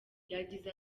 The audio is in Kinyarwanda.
yagize